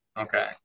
Okay